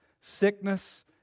sickness